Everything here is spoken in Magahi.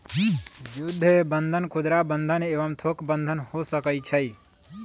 जुद्ध बन्धन खुदरा बंधन एवं थोक बन्धन हो सकइ छइ